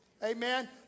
Amen